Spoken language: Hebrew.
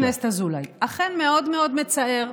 חבר הכנסת אזולאי, אכן מאוד מאוד מצער,